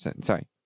sorry